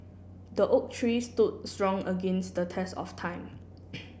the oak tree stood strong against the test of time